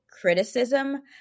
criticism